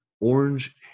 Orange